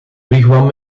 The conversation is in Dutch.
wigwam